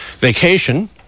vacation